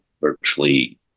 virtually